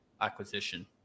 acquisition